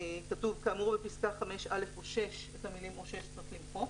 כתוב: "כאמור בפסקה (5)(א) או 6". את המילים "או 6" צריך למחוק.